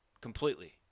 completely